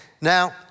Now